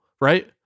right